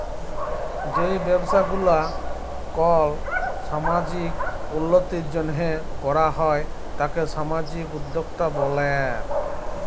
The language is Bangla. যেই ব্যবসা গুলা কল সামাজিক উল্যতির জন্হে করাক হ্যয় তাকে সামাজিক উদ্যক্তা ব্যলে